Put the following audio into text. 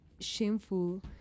shameful